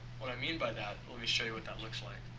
what i mean by that, let me show you what that looks like.